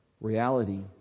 reality